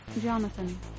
Jonathan